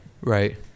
right